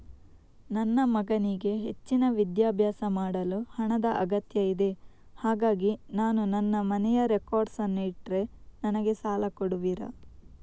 ನನ್ನ ಮಗನಿಗೆ ಹೆಚ್ಚಿನ ವಿದ್ಯಾಭ್ಯಾಸ ಮಾಡಲು ಹಣದ ಅಗತ್ಯ ಇದೆ ಹಾಗಾಗಿ ನಾನು ನನ್ನ ಮನೆಯ ರೆಕಾರ್ಡ್ಸ್ ಅನ್ನು ಇಟ್ರೆ ನನಗೆ ಸಾಲ ಕೊಡುವಿರಾ?